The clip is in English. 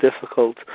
difficult